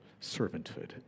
servanthood